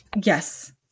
Yes